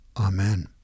Amen